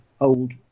old